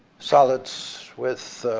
solids with